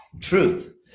truth